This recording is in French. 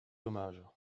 dommages